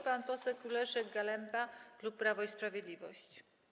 Pan poseł Leszek Galemba, klub Sprawo i Sprawiedliwość.